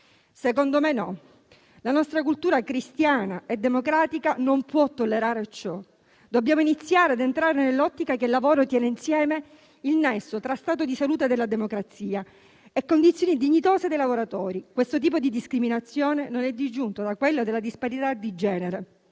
Secondo me no. La nostra cultura cristiana e democratica non può tollerare ciò. Dobbiamo iniziare ad entrare nell'ottica che il lavoro tiene insieme il nesso tra stato di salute della democrazia e condizioni dignitose dei lavoratori. Questo tipo di discriminazione non è disgiunto da quello della disparità di genere;